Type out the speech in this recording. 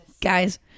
guys